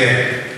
כן.